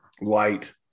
light